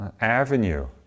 avenue